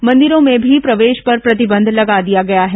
मंदिरों में भी प्रवेश पर प्रतिबंध लगा दिया गया है